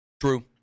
True